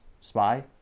spy